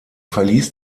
verließ